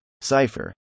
Cipher